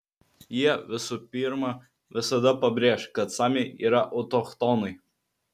jie visų pirma visada pabrėš kad samiai yra autochtonai